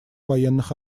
военных